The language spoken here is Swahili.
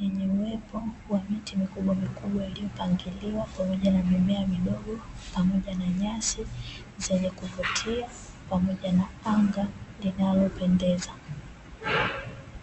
yenye uwepo wa miti mikubwa mikubwa iliyopangiliwa pamoja na mimea midogo pamoja na nyasi zenye kuvutia pamoja na anga linalopendeza.